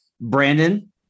Brandon